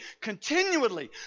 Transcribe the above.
continually